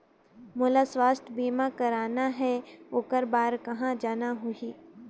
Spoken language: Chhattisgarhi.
मोला स्वास्थ बीमा कराना हे ओकर बार कहा जाना होही?